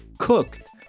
Cooked